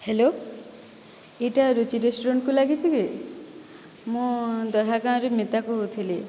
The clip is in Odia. ହ୍ୟାଲୋ ଏଇଟା ରୁଚି ରେଷ୍ଟୁରାଣ୍ଟକୁ ଲାଗିଛି କି ମୁଁ ଦହ୍ୟା ଗାଁରୁ ମିତା କହୁଥିଲି